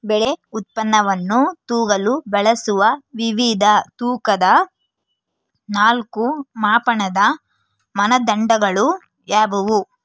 ಬೆಳೆ ಉತ್ಪನ್ನವನ್ನು ತೂಗಲು ಬಳಸುವ ವಿವಿಧ ತೂಕದ ನಾಲ್ಕು ಮಾಪನದ ಮಾನದಂಡಗಳು ಯಾವುವು?